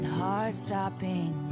heart-stopping